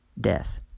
death